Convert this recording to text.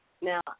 Now